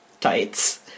tights